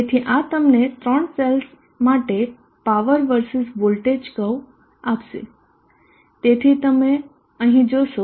તેથી આ તમને ત્રણ સેલ્સ માટે પાવર versus વોલ્ટેજ કર્વ આપશે તમે તેમને અહીં જોશો